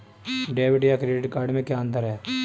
Debit या credit card में क्या अन्तर है?